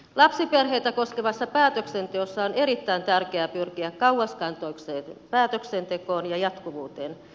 lapsiperheitä koskevassa päätöksenteossa on erittäin tärkeää pyrkiä kauaskantoiseen päätöksentekoon ja jatkuvuuteen